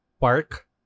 Park